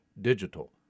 digital